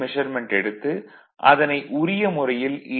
measurement எடுத்து அதனை உரிய முறையில் ஏ